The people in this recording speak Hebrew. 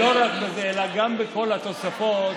גם בכל התוספות.